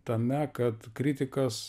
tame kad kritikas